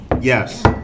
Yes